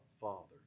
Father